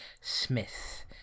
Smith